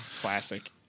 Classic